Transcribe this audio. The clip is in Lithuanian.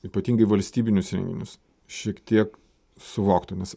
ypatingai valstybinius renginius šiek tiek suvoktų nes